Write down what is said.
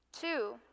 two